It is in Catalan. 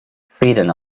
feren